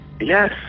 Yes